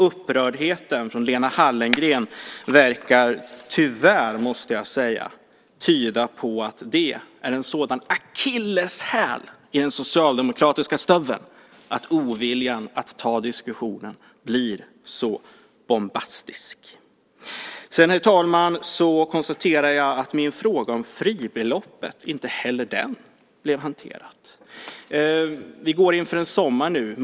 Upprördheten från Lena Hallengren verkar tyvärr tyda på att det är en akilleshäl i den socialdemokratiska stöveln och att oviljan att ta diskussion därför blir bombastisk. Herr talman! Jag konstaterar att min fråga om fribeloppet inte heller blev hanterad. Vi står inför en sommar.